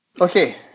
Okay